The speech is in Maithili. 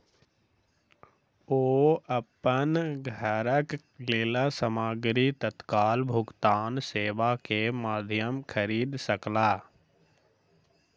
ओ अपन घरक लेल सामग्री तत्काल भुगतान सेवा के माध्यम खरीद सकला